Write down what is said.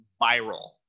viral